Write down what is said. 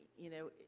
you know,